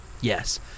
yes